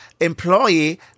employee